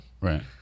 Right